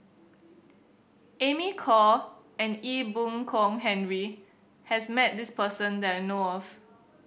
Amy Khor and Ee Boon Kong Henry has met this person that I know of